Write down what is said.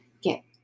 get